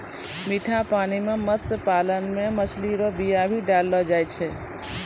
मीठा पानी मे मत्स्य पालन मे मछली रो बीया भी डाललो जाय छै